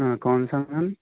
हाँ कौनसा मैम